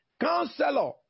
Counselor